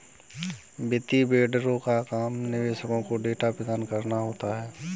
वित्तीय वेंडरों का काम निवेशकों को डेटा प्रदान कराना होता है